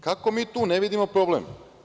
Kako mi tu ne vidimo problem?